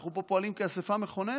אנחנו פה פועלים כאספה מכוננת,